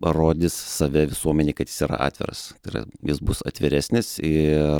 parodys save visuomenei kad jis yra atviras tai yra jis bus atviresnis ir